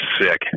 sick